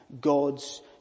God's